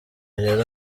rero